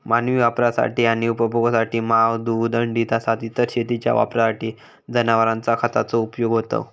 मानवी वापरासाठी आणि उपभोगासाठी मांस, दूध, अंडी तसाच इतर शेतीच्या वापरासाठी जनावरांचा खताचो उपयोग होता